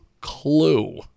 clue